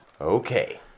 Okay